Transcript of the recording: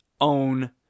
own